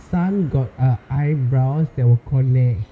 sun got uh eyebrows that will connect